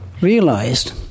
realized